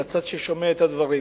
לצד ששומע את הדברים.